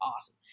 awesome